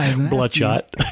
Bloodshot